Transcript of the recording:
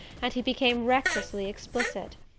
and he became recklessly explicit.